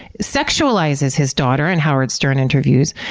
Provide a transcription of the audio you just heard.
sexualizes his daughter in howard stern interviews,